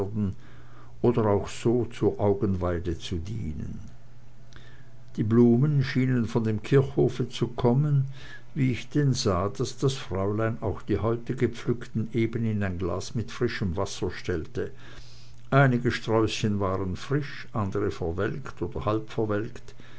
oder auch so zur augenweide zu dienen die blumen schienen von dem kirchhofe zu kommen wie ich denn sah daß das fräulein auch die heute gepflückten eben in ein glas mit frischem wasser stellte einige sträußchen waren frisch andere verwelkt oder halb verwelkt